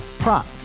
Prop